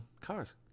Cars